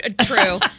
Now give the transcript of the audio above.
True